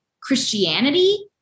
Christianity